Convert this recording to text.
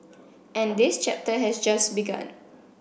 and this chapter has just begun